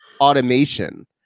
automation